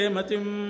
Matim